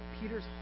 Peter's